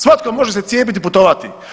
Svatko može se cijepiti i putovati.